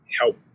help